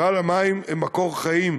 המים הם מקור חיים,